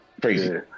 crazy